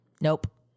Nope